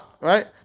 right